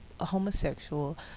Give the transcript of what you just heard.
homosexual